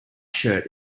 shirt